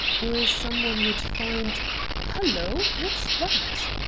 or some one would find halloo! what's that?